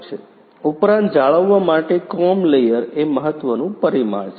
ઉપરાંત જાળવવા માટે ક્રોમ લેયર એ મહત્વનું પરિમાણ છે